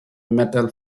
metal